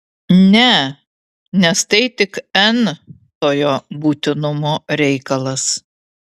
ne nes tai tik n tojo būtinumo reikalas